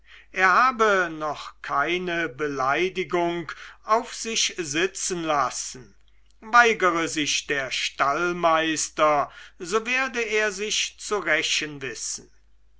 er habe noch keine beleidigung auf sich sitzen lassen weigere sich der stallmeister so werde er sich zu rächen wissen